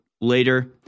later